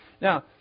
Now